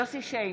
יוסף שיין,